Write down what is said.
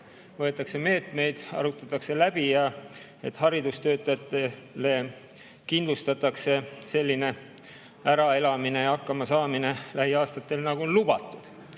võetakse meetmeid, arutatakse läbi ja haridustöötajatele kindlustatakse selline äraelamine ja hakkamasaamine lähiaastatel, nagu on lubatud. Milles